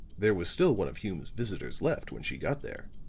there was still one of hume's visitors left, when she got there.